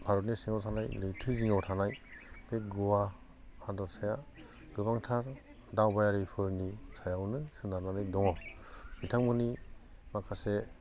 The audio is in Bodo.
भारतनि सिङाव थानाय लैथो जिङाव थानाय बे गवा हादोरसाया गोबांथार दावबायारिफोरनि सायावनो सोनारनानै दङ बिथांमोननि माखासे